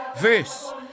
verse